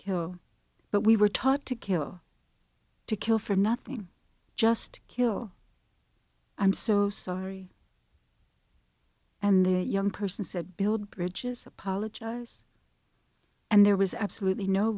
kill but we were taught to kill to kill for nothing just kill i'm so sorry and the young person said build bridges apologize and there was absolutely no